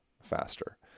Faster